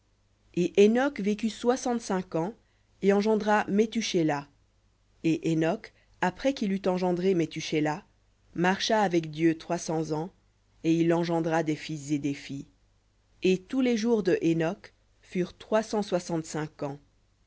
et hénoc vécut soixante-cinq ans et engendra methushélah et hénoc après qu'il eut engendré methushélah marcha avec dieu trois cents ans et il engendra des fils et des filles et tous les jours de hénoc furent trois cent soixante-cinq ans